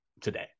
today